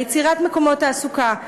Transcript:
ליצירת מקומות תעסוקה,